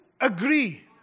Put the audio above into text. agree